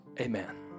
Amen